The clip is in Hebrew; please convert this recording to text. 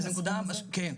כן.